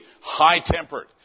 high-tempered